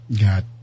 Got